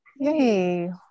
Yay